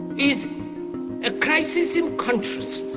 is a crisis in consciousness.